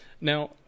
Now